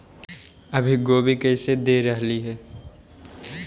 अभी गोभी कैसे दे रहलई हे?